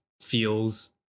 feels